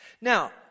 Now